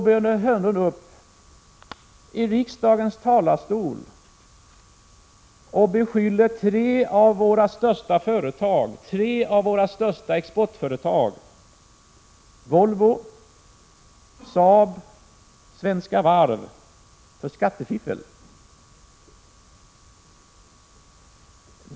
Börje 21 maj 1987 Hörnlund går upp i riksdagens talarstol och beskyller tre av våra största exportföretag — Volvo, Saab och Svenska Varv — för skattefiffel.